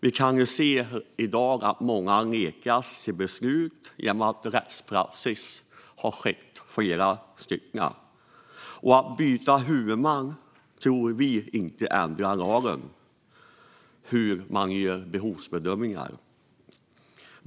Vi kan se i dag att många nekas genom beslut där rättspraxis tillämpas. Att byta huvudman tror inte vi ändrar lagen när det gäller hur behovsbedömningar görs.